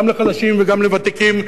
גם לחלשים וגם לוותיקים,